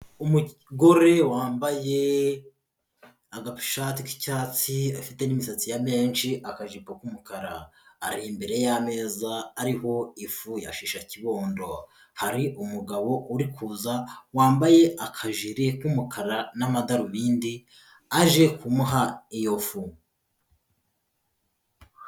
Umugore wambaye agashati k'icyatsi afite n'imisatsi ya menshi, akajipo k'umukara, ari imbere y'ameza ariho ifu ya shisha kibondo, hari umugabo uri kuza wambaye akajiri k'umukara n'amadarubindi aje kumuha iyo fu.